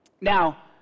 Now